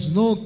no